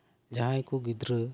ᱡᱟᱦᱟᱸᱭ ᱠᱚ ᱜᱤᱫᱽᱨᱟᱹ